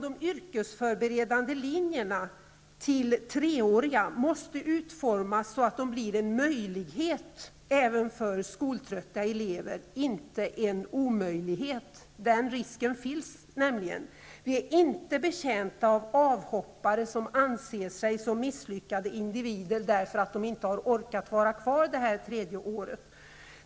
De yrkesförberedande linjerna måste, efter en förlängning till tre år, utformas så, att de blir en möjlighet även för skoltrötta elever, inte en omöjlighet. Den risken finns nämligen. Vi är inte betjänta av avhoppare som ser sig som misslyckade individer därför att de inte orkat gå kvar det tredje året.